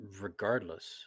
regardless